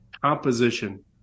composition